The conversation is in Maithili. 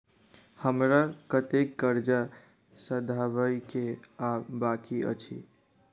हमरा कतेक कर्जा सधाबई केँ आ बाकी अछि?